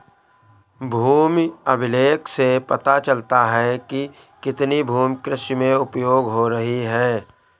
भूमि अभिलेख से पता चलता है कि कितनी भूमि कृषि में उपयोग हो रही है